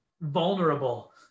vulnerable